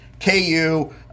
KU